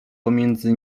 pomiędzy